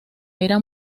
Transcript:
era